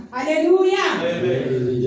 Hallelujah